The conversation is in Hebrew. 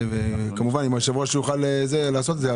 כמובן אם היושב-ראש יוכל לעשות את זה.